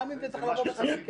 גם אם זה צריך לבוא בחקיקה.